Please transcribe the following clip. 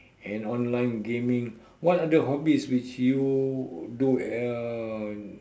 and online gaming what other hobbies which you do uh